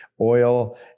Oil